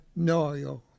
Noyo